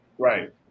Right